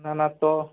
ना ना तो